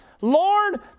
Lord